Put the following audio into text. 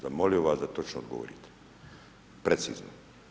Zamolio bih vas da točno odgovorite, precizno.